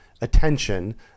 attention